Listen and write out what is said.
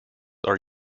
are